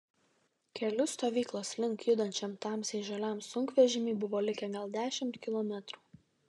keliu stovyklos link judančiam tamsiai žaliam sunkvežimiui buvo likę gal dešimt kilometrų